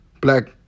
Black